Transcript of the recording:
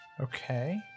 Okay